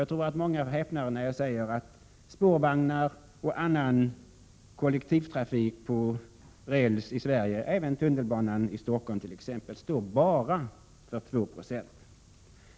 Jag tror att många häpnar när jag säger att den kollektiva trafiken på räls i Sverige — även exempelvis tunnelbanan i Stockholm — bara står för 2 90.